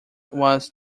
was